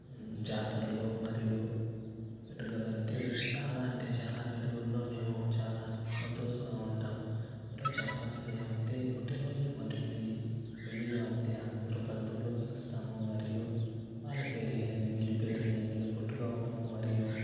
జాతరలో మరియు వేడుకలంటే చాలా అంటే చాలా వేడుకల్లో మేము చాలా సంతోషంగా ఉంటాం ఇందులో చెప్పాల్సింది ఏమంటే పుట్టిన రోజులు మొదట పెళ్ళి పెళ్ళిలో అంటే అందరు బంధువులు కలుస్తాము మరియు వాళ్ళ పేరు ఈయలేదు వీళ్ళ పేరు వీళ్ళు కొట్టుకోవడము మరియు